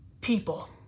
people